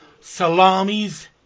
Salami's